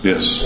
Yes